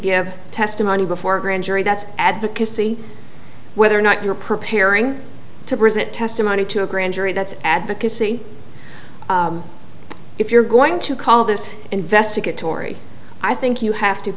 give testimony before a grand jury that's advocacy whether or not you're preparing to present testimony to a grand jury that's advocacy if you're going to call this investigatory i think you have to